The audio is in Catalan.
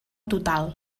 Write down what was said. total